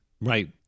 Right